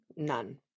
None